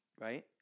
Right